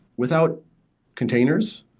without containers,